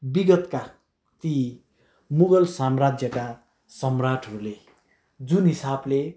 विगतका ती मुगल साम्राज्यका सम्राटहरूले जुन हिसाबले